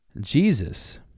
Jesus